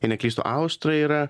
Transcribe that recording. jei neklystu austrai yra